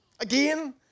again